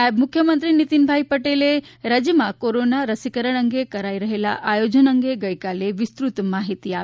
નાયબ મુખ્યમંત્રીએ નીતીનભાઈ પટેલે રાજ્યમાં કીરોના રસીકરણ અંગે કરાઇ રહેલા આયોજન અંગે ગઇકાલે વિસ્તૃત માહિતી આપી હતી હતી